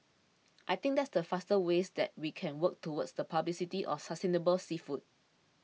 I think that's the fastest way that we can work towards the publicity of sustainable seafood